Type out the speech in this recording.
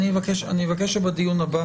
אני מבקש שבדיון הבא